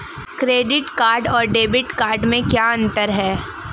Credit card और debit card में क्या अंतर है?